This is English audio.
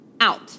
out